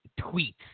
tweets